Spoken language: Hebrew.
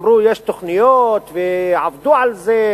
אמרו יש תוכניות ועבדו על זה,